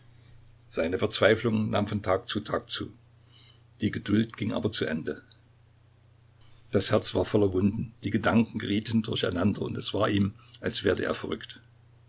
seine verzweiflung nahm von tag zu tag zu die geduld ging aber zu ende das herz war voller wunden die gedanken gerieten durcheinander und es war ihm als werde er verrückt